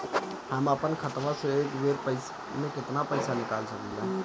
हम आपन खतवा से एक बेर मे केतना पईसा निकाल सकिला?